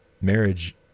Marriage